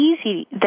easy